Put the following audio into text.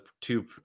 two